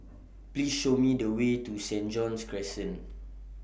Please Show Me The Way to Saint John's Crescent